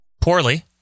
Poorly